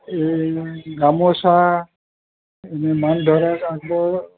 এই গামোচা মান ধৰা কাপোৰ